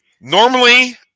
normally